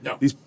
No